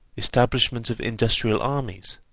establishment of industrial armies,